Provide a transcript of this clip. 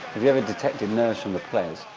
have you ever detected nerves from the players?